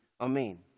Amen